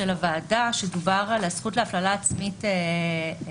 הוועדה עת דובר על הזכות להפללה עצמית במשפט.